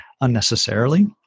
unnecessarily